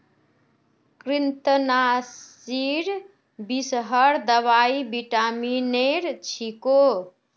कृन्तकनाशीर विषहर दवाई विटामिनेर छिको